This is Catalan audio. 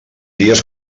dies